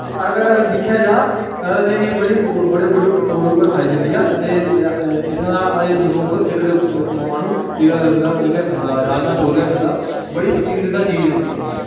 ते अगर दिक्खेआ जा ते बड़े बड्डे तौर पर खाई जंदियां न ते इत्थें दा इक्क मनुक्ख माह्नू ओह् राजमाह् चौल गै खंदा बड़ी पसंदीदा चीज़ ऐ उंदी